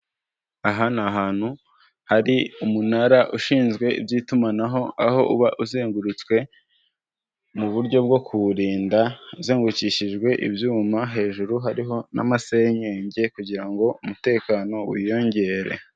Aha ni ahantu hari umunara ushinzwe iby'itumanaho, aho uba uzengurutswe mu buryo bwo kuwurinda, uzengukishijwe ibyuma, hejuru hariho n'amasenyenge kugira ngo umutekano wiyongere.